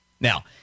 Now